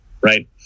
Right